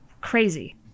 crazy